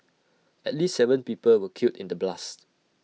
at least Seven people were killed in the blasts